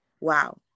wow